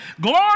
glory